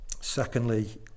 secondly